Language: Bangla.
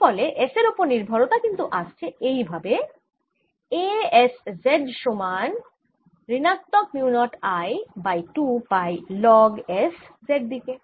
এর ফলে S এর ওপর নির্ভরতা কিন্তু আসছে এই ভাবে A S Z সমান ঋণাত্মক mu nought I by 2 pi লগS Z দিকে